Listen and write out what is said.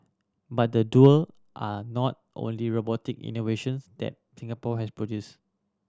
but the duo are not only robotic innovations that Singapore has produced